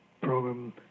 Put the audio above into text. program